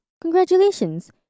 congratulations